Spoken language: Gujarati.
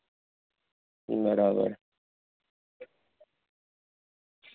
બરાબર